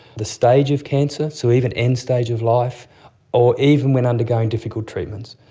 the stage of cancer, so even end-stage of life or even when undergoing difficult treatments,